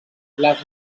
les